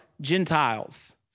Gentiles